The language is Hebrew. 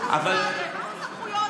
גם סמכויות,